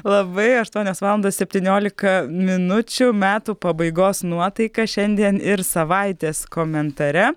labai aštuonios valandos septyniolika minučių metų pabaigos nuotaika šiandien ir savaitės komentare